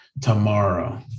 tomorrow